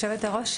יושבת-הראש,